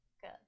Good